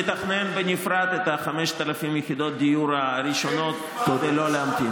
לתכנן בנפרד את 5,000 יחידות הדיור הראשונות כדי לא להמתין.